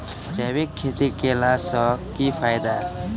जैविक खेती केला सऽ की फायदा?